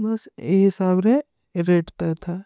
ପୁଛାସ ଲାକ, ସାଥ ଲାକ, ସାଥ ଲାକ ରହେ ହୈଂ।